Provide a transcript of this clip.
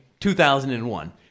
2001